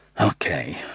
Okay